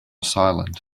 silent